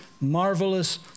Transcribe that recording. marvelous